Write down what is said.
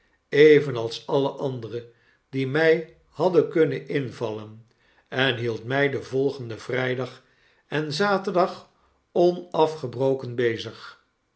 evenals alle anderen die mij hadden kunnen invallen en hield my dien volgenden vrydag en zaterdag onafgebroken bezig